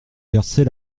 verser